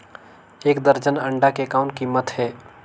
एक दर्जन अंडा के कौन कीमत हे?